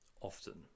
often